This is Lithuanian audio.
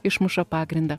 išmuša pagrindą